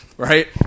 Right